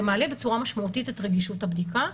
זה מעלה בצורה משמעותית את רגישות הבדיקה,